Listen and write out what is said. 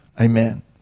Amen